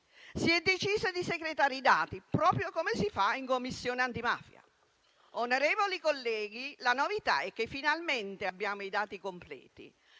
Si è deciso di secretare i dati, proprio come si fa in Commissione antimafia. Onorevoli colleghi, la novità è che finalmente abbiamo i dati completi.